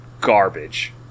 garbage